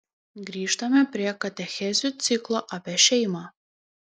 grįžtame prie katechezių ciklo apie šeimą